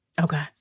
Okay